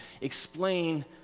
explain